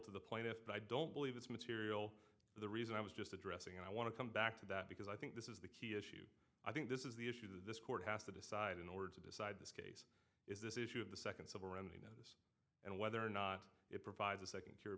to the point if i don't believe it's material the reason i was just addressing i want to come back to that because i think this is the key issue i think this is the issue this court has to decide in order to decide this case is this issue of the second civil remedy know this and whether or not it provides a second cure